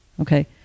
okay